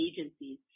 agencies